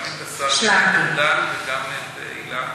גם השר ארדן וגם הילה.